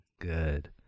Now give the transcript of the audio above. good